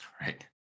Right